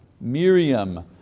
Miriam